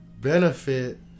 benefit